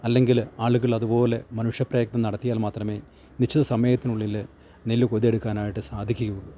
അല്ലെങ്കിൽ ആളുകളതുപോലെ മനുഷ്യ പ്രയത്നം നടത്തിയാൽ മാത്രമേ നിശ്ചിത സമയത്തിനുള്ളില് നെല്ല് കൊയ്തെടുക്കാനായിട്ട് സാധിക്കുകയുള്ളു